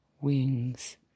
wings